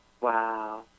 Wow